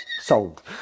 Sold